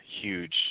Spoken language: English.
huge